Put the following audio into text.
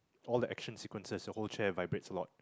all the action sequences the whole chair vibrates a lot